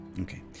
Okay